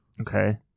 Okay